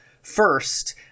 first